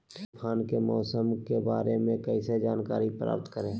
तूफान के मौसम के बारे में कैसे जानकारी प्राप्त करें?